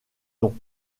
dons